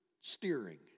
steering